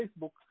Facebook